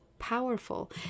powerful